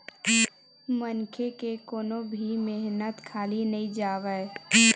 मनखे के कोनो भी मेहनत खाली नइ जावय